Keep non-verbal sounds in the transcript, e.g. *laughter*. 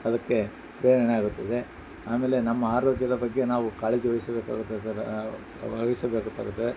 ಅದಕ್ಕೆ ಪ್ರೇರಣೆ ಆಗುತ್ತದೆ ಆಮೇಲೆ ನಮ್ಮ ಆರೋಗ್ಯದ ಬಗ್ಗೆ ನಾವು ಕಾಳಜಿ ವಹಿಸಬೇಕಾಗುತ್ತೆ *unintelligible*